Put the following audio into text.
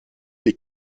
les